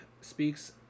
speaks